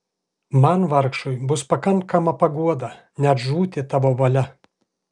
man vargšui bus pakankama paguoda net žūti tavo valia